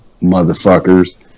motherfuckers